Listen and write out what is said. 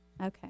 Okay